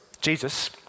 Jesus